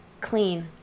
Clean